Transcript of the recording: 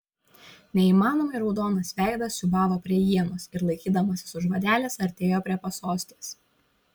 neįmanomai raudonas veidas siūbavo prie ienos ir laikydamasis už vadelės artėjo prie pasostės